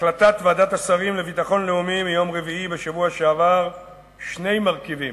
בהחלטת ועדת השרים לביטחון לאומי מיום רביעי בשבוע שעבר שני מרכיבים.